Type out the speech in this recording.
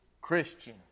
Christian